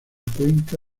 cuenca